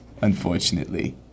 unfortunately